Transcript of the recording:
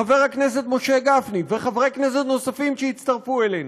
חבר הכנסת משה גפני וחברי כנסת נוספים שהצטרפו אלינו,